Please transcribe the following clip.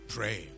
Pray